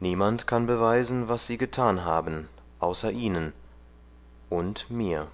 niemand kann beweisen was sie getan haben außer ihnen und mir